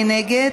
מי נגד?